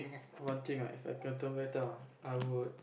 one thing ah If I can turn back time ah I would